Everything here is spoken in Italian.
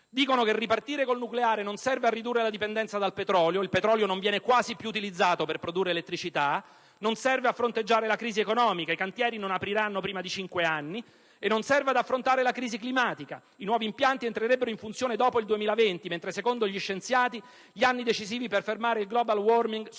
Dicono che ripartire col nucleare non serve a ridurre la dipendenza dal petrolio (che non viene quasi più utilizzato per produrre elettricità), non serve a fronteggiare la crisi economica, dato che i cantieri non apriranno prima di cinque anni e non serve ad affrontare la crisi climatica, perché i nuovi impianti entrerebbero in funzione dopo il 2020, mentre secondo gli scienziati gli anni decisivi per fermare il *global warming* sono